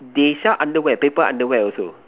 they sell underwear paper underwear also